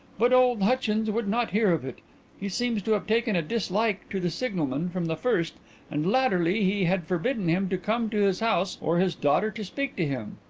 but old hutchins would not hear of it he seems to have taken a dislike to the signalman from the first and latterly he had forbidden him to come to his house or his daughter to speak to him.